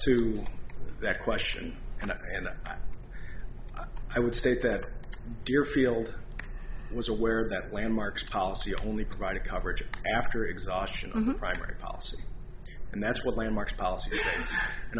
to that question and i would state that deerfield was aware that landmarks policy only private coverage after exhaustion the primary policy and that's what landmark policy and